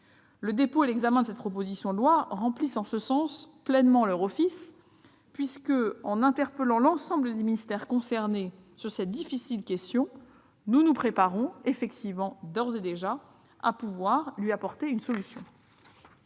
Le dépôt et l'examen de cette proposition de loi remplissent en ce sens pleinement leur office ; en interpellant l'ensemble des ministères concernés par cette difficile question, ce texte nous prépare d'ores et déjà à y apporter une solution.